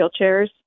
wheelchairs